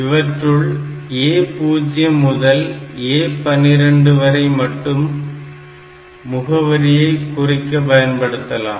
இவற்றுள் A0 முதல் A12 வரை மட்டுமே முகவரியை குறிக்க பயன்படுத்தலாம்